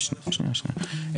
למשל,